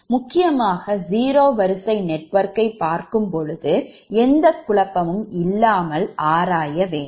முக்கியமாக 0 வரிசை நெட்வொர்க்கை பார்க்கும்பொழுது எந்த குழப்பமும் இல்லாமல் அதை ஆராய வேண்டும்